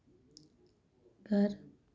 घर